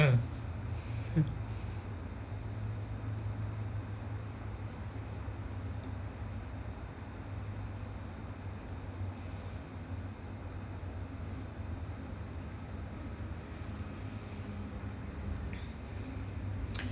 mm